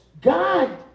God